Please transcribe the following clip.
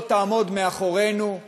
לא תעמוד מאחורינו,